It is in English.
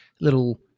little